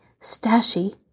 Stashy